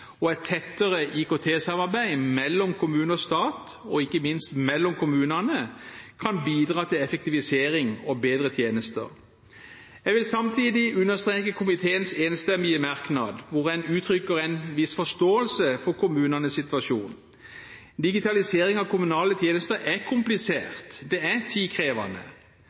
og et tettere IKT-samarbeid mellom kommune og stat, og ikke minst mellom kommunene, kan bidra til effektivisering og bedre tjenester. Jeg vil samtidig understreke komiteens enstemmige merknad hvor man uttrykker en viss forståelse for kommunenes situasjon. Digitalisering av kommunale tjenester er komplisert og tidkrevende.